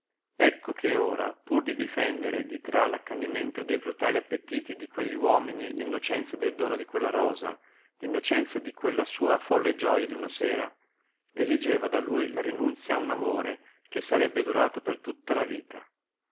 ecco che ora pur di difendere di tra l'accanimento dei brutali appetiti di quegli uomini l'innocenza del dono di quella rosa l'innocenza di quella sua folle gioja d'una sera esigeva da lui la rinunzia a un amore che sarebbe durato per tutta la vita